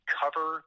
cover